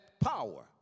power